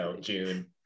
June